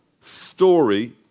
story